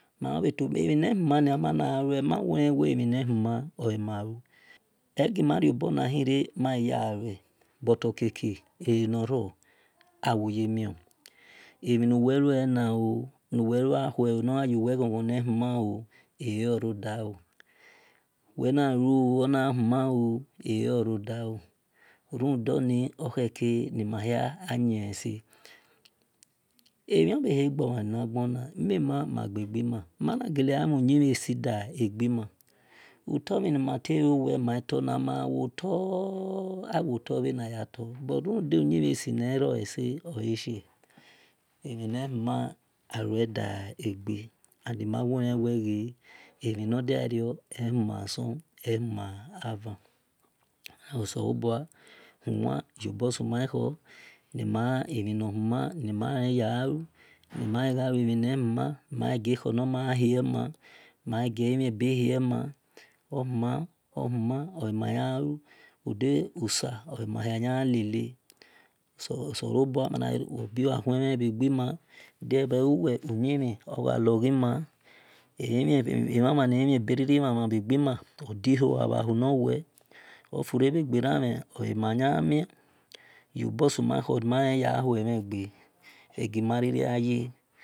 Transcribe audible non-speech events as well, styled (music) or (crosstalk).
(hesitation) emhi nehumania mana gha lue ma-wo le emhi ne-human o e ma lu egima rio bo nahi re ma ye sha lue but okie-kie nor rol awo ye mio emhi nu welu elena ooo nu-wel lu akhue nogha yuwel ghon ghon me human ooo ele orodalo wel na lue ona human ete orodalo okheke ni mahia gha yin ese emhon bhehe ghomhian bhe na ghona mima o leghe gbi ma ma-ma gele gha yin uyi mhie si da eghi ma uto mhi ni ma tei ghe ma toi na ma gha wo toi awo tor bhe na yator rude uyin mhie si da eghi ma uto-mhi ni ma tei awo tor bhe na yator rude uyin mhie si nero oleqe emhi ne human alue da agbe and na wo len we ghe emu no diario ehuma asun-ehuma bha van oselobua buan riobor suman khor emhi nor human ni man len ya gha lue ni ma ghe gha lue mhi ne huma egie bhor nor ma hie man nima ghe gie elimhenbe ma emhe si o e na ya gha lu runde osa oi mahia yan ghu lele so solobua wel abilu akhue mhen bhe ghe ma ade eluwe elimhen be mhen bhe ghe mhaman bhe ghima odihoa bha hu nuwe ofure bhe gberan mhe oliman yagha mie rio bor su ma khu ni-male ya gha hue mhe gbe egima riri gha ye